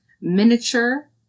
miniature